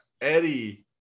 Eddie